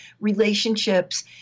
relationships